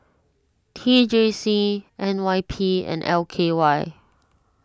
T J C N Y P and L K Y